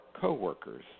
coworkers